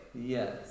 Yes